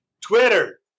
Twitter